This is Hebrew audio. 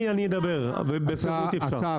הקריטריונים ללא עיקרי הצוות המקצועי וללא המגדלים.